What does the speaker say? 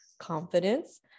confidence